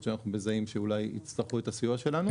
שאנחנו מזהים שאולי יצטרכו את הסיוע שלנו.